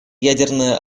ядерное